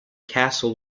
castle